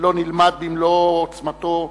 לא נלמד במלוא עוצמתו וחריפותו.